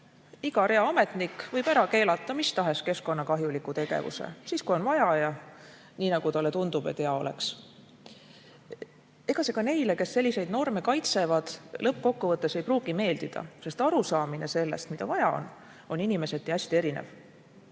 iga reaametnik võib ära keelata mis tahes keskkonnakahjuliku tegevuse, kui on vaja, ja nii, nagu talle tundub, et hea oleks. Ega see ka neile, kes selliseid norme kaitsevad, lõppkokkuvõttes ei pruugi meeldida, sest arusaamine sellest, mida vaja on, on inimeseti hästi erinev.